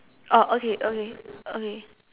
oh okay okay okay